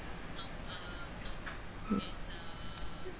mm